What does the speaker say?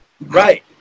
Right